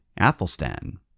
Athelstan